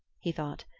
he thought,